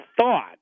thought